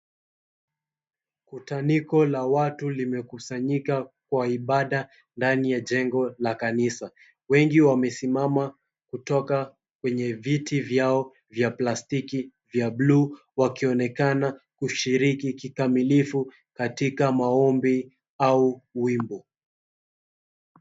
Kusanyiko la watu limekusanyika ndani ya jengo la kanisa wengi wamesimama kutoka kwenye viti vyao vya plastiki vya buluu wakionekana kushiriki kikamilifu katika maombi au wimbo.